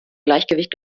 gleichgewicht